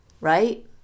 right